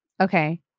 Okay